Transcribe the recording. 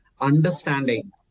understanding